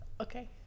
Okay